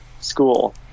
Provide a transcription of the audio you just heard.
school